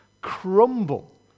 crumble